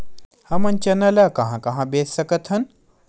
हमन चना ल कहां कहा बेच सकथन?